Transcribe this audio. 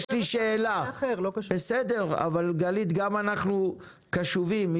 גלית, גם אנחנו קשובים.